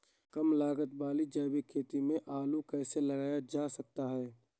कम लागत वाली जैविक खेती में आलू कैसे लगाया जा सकता है?